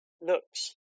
looks